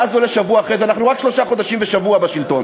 ואז עולה שבוע אחרי זה: אנחנו רק שלושה חודשים ושבוע בשלטון,